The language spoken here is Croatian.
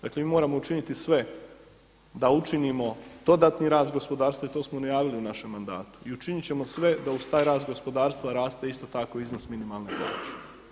Dakle, mi moramo učiniti sve da učinimo dodatni rast gospodarstva i to smo najavili u našem mandatu i učinit ćemo sve da uz taj rast gospodarstva raste isto tako iznos minimalne plaće.